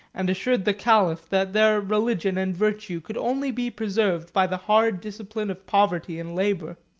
and assured the caliph that their religion and virtue could only be preserved by the hard discipline of poverty and labor.